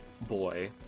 boy